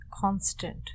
constant